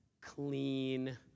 clean